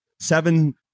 seven